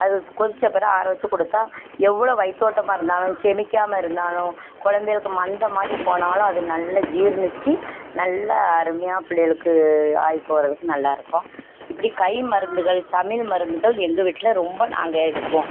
அது கொதிச்சப்புறம் ஆற வச்சு கொடுத்தா எவ்வளோ வயித்தோட்டமாக இருந்தாலும் சரி செரிக்காம இருந்தாலும் குழந்தைகளுக்கு மந்தம் மாதிரி போனாலும் அது நல்ல ஜீரணிச்சு நல்ல அருமையாக பிள்ளைகளுக்கு ஆய் போகிறதுக்கு நல்லா இருக்கும் இப்படி கை மருந்துகள் தமிழ் மருந்துகள் எங்கள் வீட்டில் ரொம்ப நாங்கள் எடுப்போம்